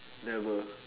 never